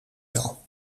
wel